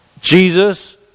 jesus